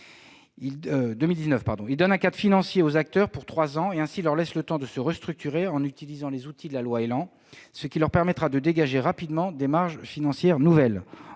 Il donne un cadre financier aux acteurs pour trois ans, et leur laisse ainsi le temps de se restructurer en utilisant les outils de la loi ÉLAN, ce qui leur permettra de dégager rapidement des marges financières nouvelles.